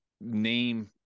name